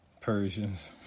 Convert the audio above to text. Persians